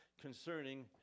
concerning